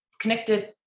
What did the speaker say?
connected